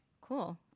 cool